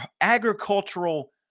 agricultural